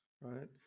right